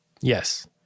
Yes